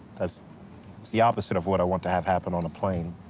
that's the opposite of what i want to have happen on a plane.